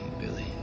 billy